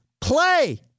play